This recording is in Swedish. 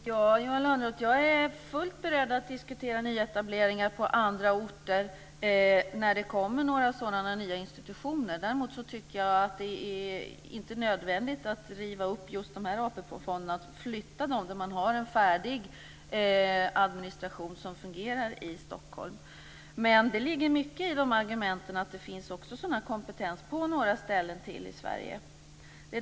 Fru talman! Ja, Johan Lönnroth, jag är fullt beredd att diskutera nyetableringar på andra orter, när det kommer några sådana nya institutioner. Däremot tycker jag inte att det är nödvändigt att riva upp och flytta just de här AP-fonderna, där man har en färdig administration som fungerar i Stockholm. Det ligger mycket i argumenten att det också finns sådan kompetens på några ställen till i Sverige.